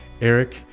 Eric